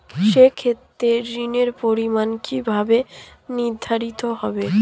সে ক্ষেত্রে ঋণের পরিমাণ কিভাবে নির্ধারিত হবে?